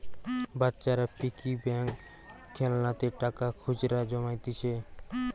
বাচ্চারা piggy bank খেলনাতে টাকা খুচরা জমাইতিছে